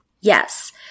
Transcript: Yes